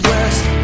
West